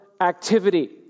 activity